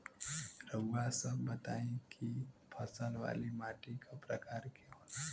रउआ सब बताई कि फसल वाली माटी क प्रकार के होला?